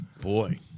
Boy